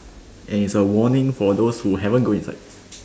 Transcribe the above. and it's a warning for those who haven't go inside